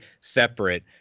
separate